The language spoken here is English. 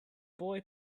boy